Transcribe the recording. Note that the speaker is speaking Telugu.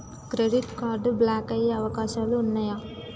క్రెడిట్ కార్డ్ బ్లాక్ అయ్యే అవకాశాలు ఉన్నయా?